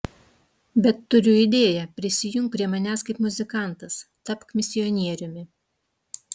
bet turiu idėją prisijunk prie manęs kaip muzikantas tapk misionieriumi